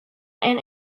and